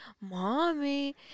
mommy